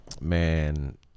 Man